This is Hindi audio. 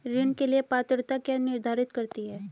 ऋण के लिए पात्रता क्या निर्धारित करती है?